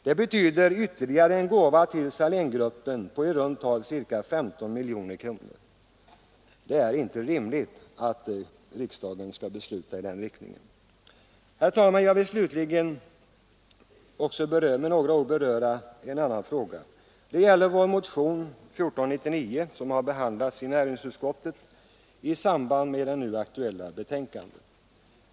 Detta betyder ytterligare en gåva till Saléngruppen på i runt tal 15 miljoner kronor. Det är inte rimligt att riksdagen skall besluta i den riktningen. Herr talman! Slutligen vill jag med några ord beröra vår motion 1499 som har behandlats i näringsutskottet i samband med det nu aktuella betänkandet.